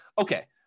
okay